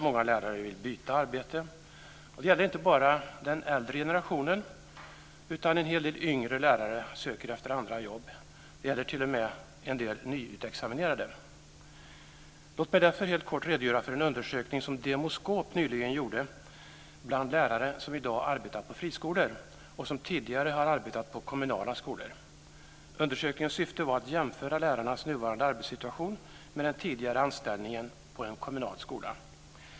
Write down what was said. Många lärare vill byta arbete och det gäller inte bara den äldre generationen. Också en hel del yngre lärare söker efter andra jobb. Det gäller t.o.m. Låt mig därför helt kort redogöra för en undersökning som Demoskop nyligen gjort bland lärare som i dag arbetar på friskolor och som tidigare har arbetat på kommunala skolor. Undersökningens syfte var att jämföra lärarnas nuvarande arbetssituation med den tidigare anställningen på en kommunal skola.